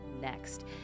next